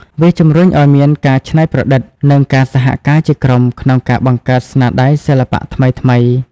វាជំរុញឱ្យមានការច្នៃប្រឌិត និងការសហការជាក្រុមក្នុងការបង្កើតស្នាដៃសិល្បៈថ្មីៗ។